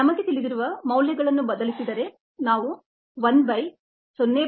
ನಮಗೆ ತಿಳಿದಿರುವ ಮೌಲ್ಯಗಳನ್ನು ಬದಲಿಸಿದರೆ ನಾವು 1 ಬೈ 0